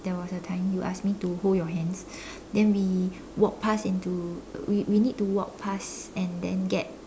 there was a time you ask me to hold your hands then we walk past into we we need to walk past and then get